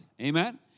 amen